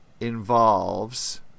involves